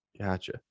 Gotcha